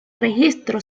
registro